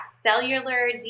cellular